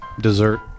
dessert